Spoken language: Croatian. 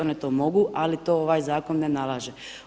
One to mogu, ali to ovaj zakon ne nalaže.